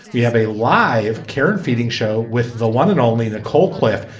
we have a live karyn feeding show with the one and only nicole cliffe.